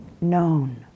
known